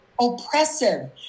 oppressive